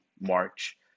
March